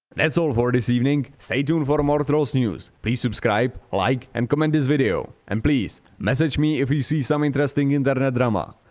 that's all for this evening, stay tuned for more trollsnews, please subscribe, like and comment this video and please message me if you see some interesting internet drama.